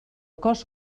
cos